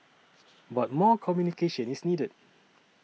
but more communication is needed